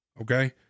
okay